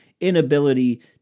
inability